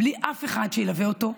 בלי אף אחד שילווה אותו,